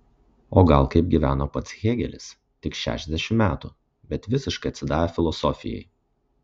o gal kaip gyveno pats hėgelis tik šešiasdešimt metų bet visiškai atsidavę filosofijai